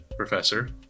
professor